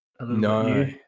No